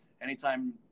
Anytime